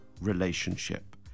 relationship